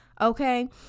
Okay